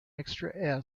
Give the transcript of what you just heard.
extra